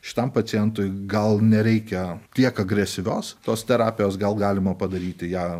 šitam pacientui gal nereikia tiek agresyvios tos terapijos gal galima padaryti ją